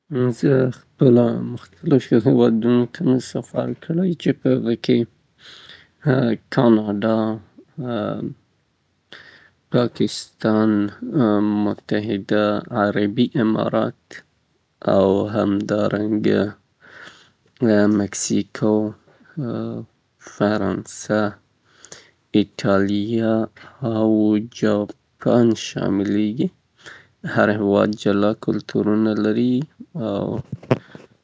ما له مختلفو هیوادونو نه لیدنه کړې. لکه کاناډا، مکسیکو، ایټالیا، جاپان، متحده عربي امارات، برازیل څې هر یو هیواد خپل ځانته ځانګړي کلتورونه لري او.